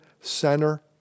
center